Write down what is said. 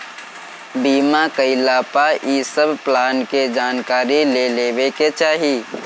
बीमा कईला पअ इ सब प्लान के जानकारी ले लेवे के चाही